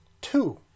Two